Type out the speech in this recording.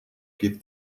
give